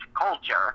culture